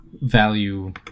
value